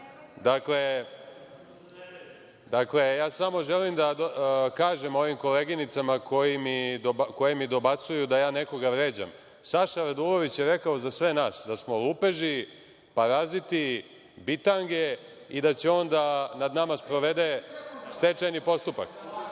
ja samo želim da kažem mojim koleginicama koje mi dobacuju da ja nekoga vređam, Saša Radulović je rekao za sve nas da smo lupeži, paraziti, bitange i da će on nad nama da sprovede stečajni postupak.E,